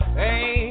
hey